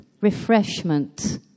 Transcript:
refreshment